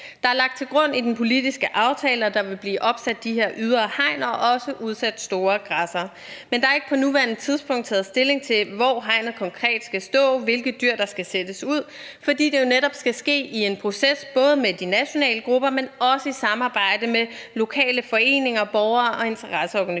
Det er lagt til grund i den politiske aftale, at der vil blive opsat de her ydre hegn og også udsat store græssere, men der er ikke på nuværende tidspunkt taget stilling til, hvor hegnet konkret skal stå, og hvilke dyr der skal sættes ud, fordi det netop skal ske i en proces sammen med både de nationale grupper, men også i samarbejde med lokale foreninger, borgere og interesseorganisationer.